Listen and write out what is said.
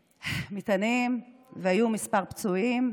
להטעין מטענים, והיו כמה פצועים,